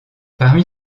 parmi